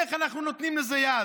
איך אנחנו נותנים לזה יד?